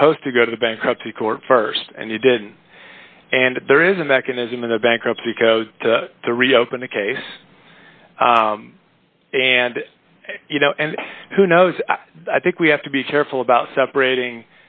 supposed to go to the bankruptcy court st and you didn't and there is a mechanism in the bankruptcy code to reopen the case and you know and who knows i think we have to be careful about separating